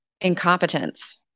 Incompetence